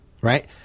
right